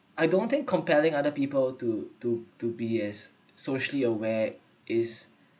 I don't think compelling other people to to to be as socially aware is